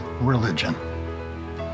Religion